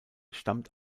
stammt